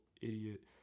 Idiot